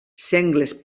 sengles